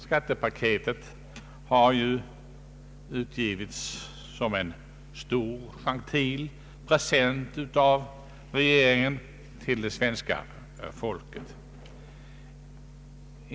Skattepaketet har ju utgivits som en stor, gentil present av regeringen till det svenska folket.